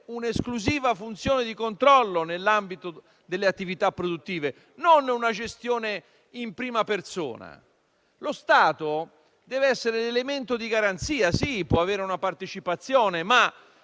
un'esclusiva funzione di controllo nell'ambito delle attività produttive, non una gestione in prima persona. Lo Stato deve essere l'elemento di garanzia; certamente può avere una partecipazione, ma